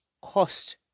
cost